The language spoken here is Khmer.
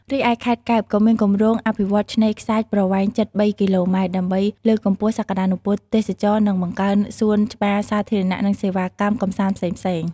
រីឯខេត្តកែប ក៏មានគម្រោងអភិវឌ្ឍឆ្នេរខ្សាច់ប្រវែងជិត ៣ គីឡូម៉ែត្រ ដើម្បីលើកកម្ពស់សក្តានុពលទេសចរណ៍ និងបង្កើនសួនច្បារសាធារណៈ និងសេវាកម្មកម្សាន្ត ផ្សេងៗ។